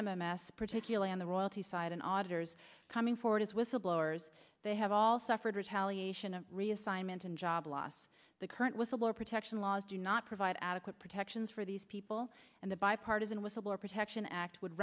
s particularly on the royalty side and auditors coming forward as whistleblowers they have all suffered retaliation of reassignment and job loss the current whistleblower protection laws do not provide adequate protections for these people and the bipartisan whistleblower protection act would